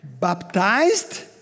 baptized